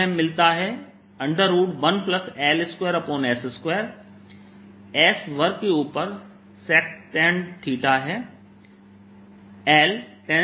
S वर्ग के ऊपर secant थीटा है